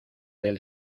del